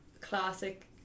classic